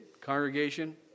congregation